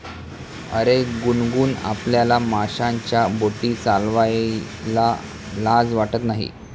अरे गुनगुन, आपल्याला माशांच्या बोटी चालवायला लाज वाटत नाही